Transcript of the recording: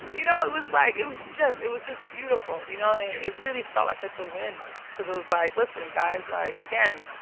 you know, it was like it was just it was just beautiful. you know know, it really felt like such a win because it was like, listen, guys. like, again,